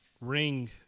ring